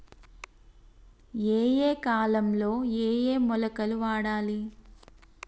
ఏయే కాలంలో ఏయే మొలకలు వాడాలి?